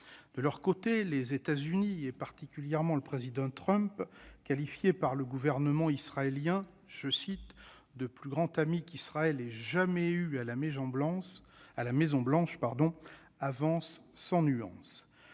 De leurs côtés, les États-Unis, et particulièrement le Président Trump, qualifié par le gouvernement israélien de « plus grand ami qu'Israël ait jamais eu à la Maison-Blanche », avancent sans nuance.